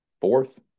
fourth